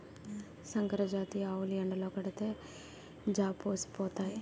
సంకరజాతి ఆవులు ఎండలో కడితే జాపోసిపోతాయి